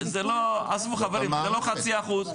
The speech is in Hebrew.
זה לא חצי אחוז,